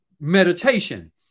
meditation